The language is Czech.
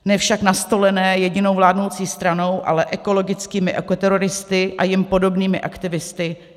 Ne však nastolené jedinou vládnoucí stranou, ale ekologickými ekoteroristy a jim podobnými aktivisty.